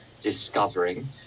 discovering